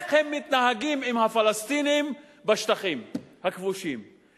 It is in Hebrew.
איך הם מתנהגים עם הפלסטינים בשטחים הכבושים,